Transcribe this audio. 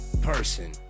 person